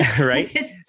Right